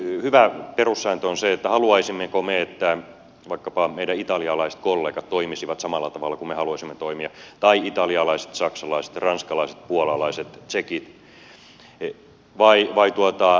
hyvä perussääntö on se että miettisimme haluaisimmeko me että vaikkapa meidän italialaiset kollegamme toimisivat samalla tavalla kuin me haluaisimme toimia tai saksalaiset ranskalaiset puolalaiset tsekit vai emme